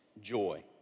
joy